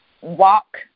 walk